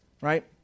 right